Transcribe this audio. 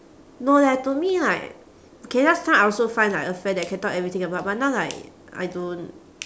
no leh to me like okay last time I also find like a friend that can talk everything about but now like I don't